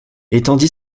étendu